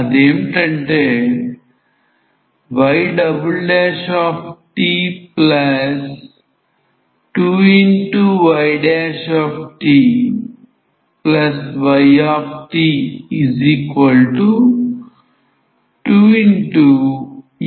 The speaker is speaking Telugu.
అదేంటంటే yt2ytyt2e1 t with y11 y1 1